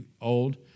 old